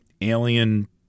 alien